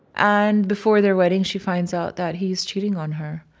and before their wedding, she finds out that he's cheating on her.